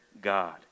God